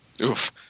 Oof